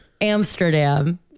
Amsterdam